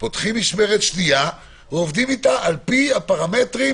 פותחים משמרת שנייה ועובדים אתה על פי הפרמטרים